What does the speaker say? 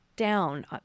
down